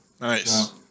Nice